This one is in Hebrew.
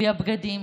הביאה בגדים,